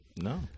No